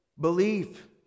belief